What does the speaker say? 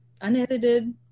unedited